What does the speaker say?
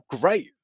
great